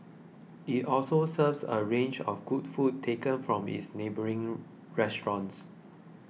it also serves a range of good food taken from its neighbouring restaurants